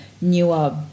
newer